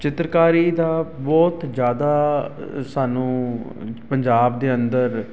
ਚਿੱਤਰਕਾਰੀ ਦਾ ਬਹੁਤ ਜ਼ਿਆਦਾ ਸਾਨੂੰ ਪੰਜਾਬ ਦੇ ਅੰਦਰ